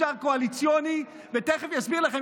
אדוני היושב-ראש,